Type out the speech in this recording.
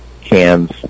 cans